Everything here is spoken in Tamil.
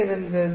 இருந்தது